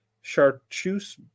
Chartreuse